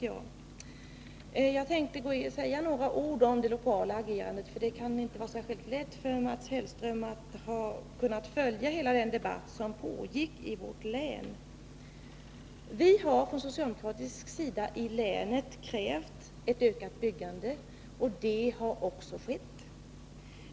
Jag tänkte säga några ord om det lokala agerandet, för det kan inte ha varit lätt för Mats Hellström att följa hela den debatt som har pågått i vårt län. Vi har från socialdemokratisk sida i länet krävt ett ökat byggande. Det kravet har vi fått gehör för.